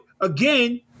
again